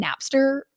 Napster